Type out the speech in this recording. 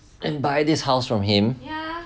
and buy this house from him